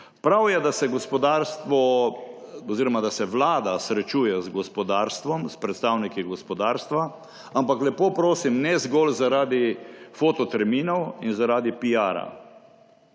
Prav je, da se vlada srečuje z gospodarstvom, s predstavniki gospodarstva, ampak lepo prosim, ne zgolj zaradi fototerminov in zaradi piara.